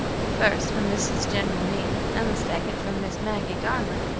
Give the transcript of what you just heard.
the first from mrs. general meem, and the second from miss maggie garland.